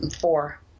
Four